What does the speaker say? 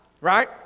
Right